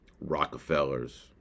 Rockefellers